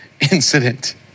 incident